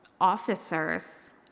officers